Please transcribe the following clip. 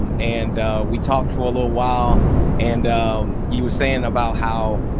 um and we talked for a little while and you were saying about how,